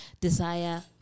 Desire